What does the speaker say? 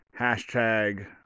hashtag